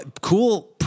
cool